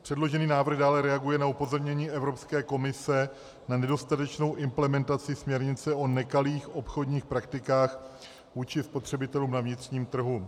Předložený návrh dále reaguje na upozornění Evropské komise na nedostatečnou implementaci směrnice o nekalých obchodních praktikách vůči spotřebitelům na vnitřním trhu.